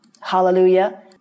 Hallelujah